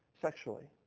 sexually